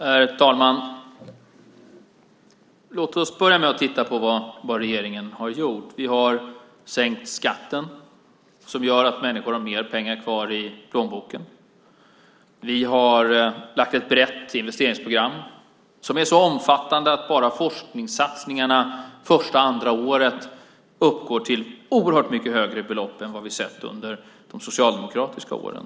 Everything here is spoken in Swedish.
Herr talman! Låt oss börja med att titta på vad regeringen har gjort. Vi har sänkt skatten, vilket gör att människor har mer pengar kvar i plånboken. Vi har lagt fram ett brett investeringsprogram som är så omfattande att bara forskningssatsningarna under det första och det andra året uppgår till oerhört mycket högre belopp än vad vi har sett under de socialdemokratiska åren.